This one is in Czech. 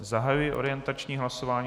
Zahajuji orientační hlasování.